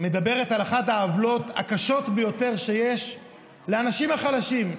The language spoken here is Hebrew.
מדברת על אחת העוולות הקשות ביותר שיש לאנשים החלשים,